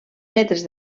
metres